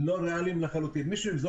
לא ריאליים לחלוטין.